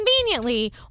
conveniently